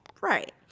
Right